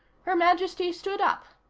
her majesty stood up.